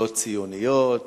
לא ציוניות,